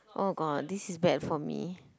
oh god this is bad for me